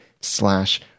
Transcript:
slash